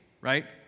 right